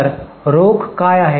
तर रोख काय आहे